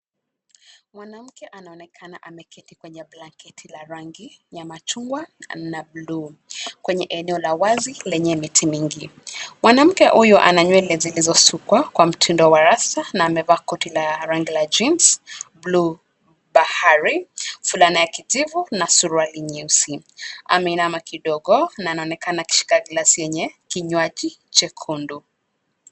Mwanamke anaonekana ameketi kwenye blanketi la rangi, ya machungwa, na bluu, kwenye eneo wazi lenye miti mingi, mwanamke huyu ana nywele zilizosukwa kwa mtindo wa rasta na amevaa koti la rangi ya jeans blue , bahari, fulana ya kijivu na suruali nyeusi, ameinama kidogo na anaoenekana akishika glasi yenye, kinywaji jekundu.